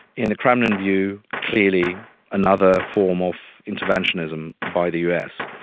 in the kremlin view, clearly another form of interventionism by the us.